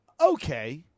okay